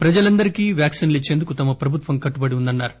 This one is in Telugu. ప్రజలందరికి వ్యాక్సిన్ లు ఇంచేందుకు తమ ప్రభుత్వం కట్టుబడి ఉందన్నారు